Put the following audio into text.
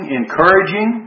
encouraging